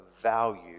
value